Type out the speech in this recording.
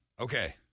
Okay